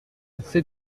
c’est